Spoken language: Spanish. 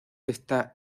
está